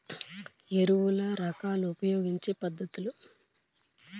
ఎరువుల రకాలు ఉపయోగించే పద్ధతులు?